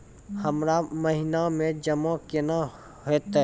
हमरा महिना मे जमा केना हेतै?